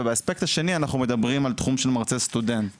באספקט השני אנחנו מדברים על תחום של מרצה סטודנט.